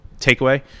takeaway